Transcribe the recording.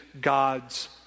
God's